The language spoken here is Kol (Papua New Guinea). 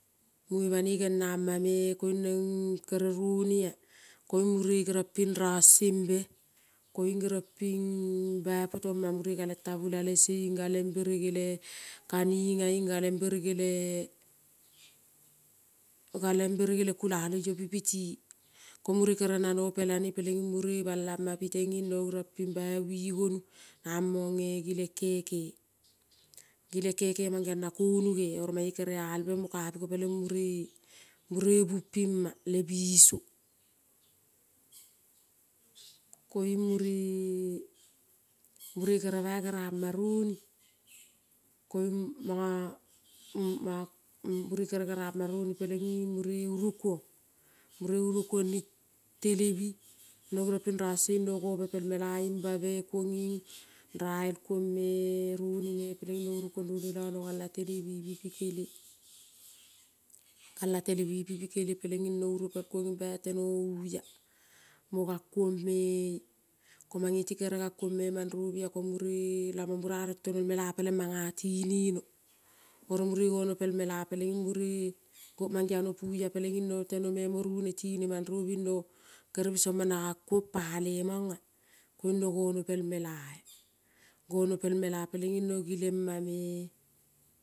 Mune banoi geniama e koun kere e ronia koin mure gerion pin ron sembe koin gerionpin bai potoma mure galen tabula lese koin baipoto ma berege le kanina, galen berege. Kulaloi opi piti ko mure kere noino pelane koin mure balama piten koin no gerompin bai wigonu. Namon gilen keke. Gilen keke mangeon na konuge, oro kere albe mo kapiko pelen mure bu pima le biso koin kere bai gerama roni koin mono mono mure kere geriama roin koin mure urokun mure urokuon nin telebi nogerionpin ron se nogobe pel mela in bale kuon rael kuno me roni gerene lo nogala geua telebi pi pikele. Gala telebi pi pikele roni pelenin no uro pel kuon in bai teno uia mogank uon me-e. Ko maneti kere gankuon me marobia ko mure lamon mana tinino. Oro mure gono pelmela mangiano puia pelenin no teno mo runetini marobi in kere bisomon na gankun pale mona koin no gono pel mela gono pel mela pelenin no gilema me.